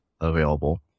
available